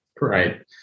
right